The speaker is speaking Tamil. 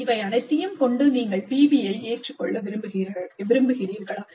இவை அனைத்தையும் கொண்டு நீங்கள் PBI ஏற்றுக்கொள்ள விரும்புகிறீர்களா